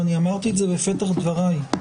ואני אמרתי את זה בפתח דבריי,